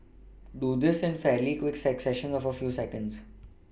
do this in fairly quick successions of a few seconds